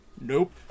Nope